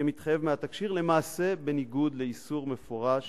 כמתחייב מהתקשי"ר, למעשה בניגוד לאיסור מפורש